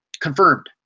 confirmed